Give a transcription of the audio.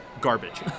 garbage